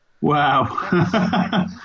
Wow